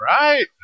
Right